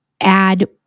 add